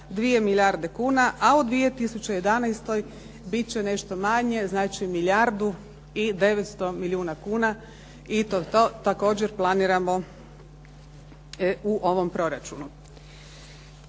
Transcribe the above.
2 milijarde kuna, a u 2011. bit će nešto manje, znači milijardu i 900 milijuna kuna i to također planiramo u ovom proračunu.